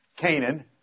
Canaan